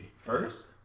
first